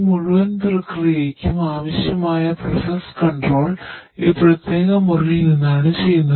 ഈ മുഴുവൻ പ്രക്രിയയ്ക്കും ആവശ്യമായ പ്രോസസ്സ് കണ്ട്രോൾ ഈ പ്രത്യേക മുറിയിൽ നിന്നാണ് ചെയ്യുന്നത്